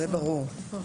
זה ברור.